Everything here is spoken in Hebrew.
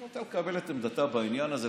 אם אתה מקבל את עמדתה בעניין הזה,